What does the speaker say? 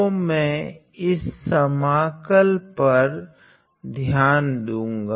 तो मैं इस समाकल पर ध्यान दुगा